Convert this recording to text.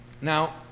Now